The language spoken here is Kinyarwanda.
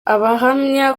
ahamya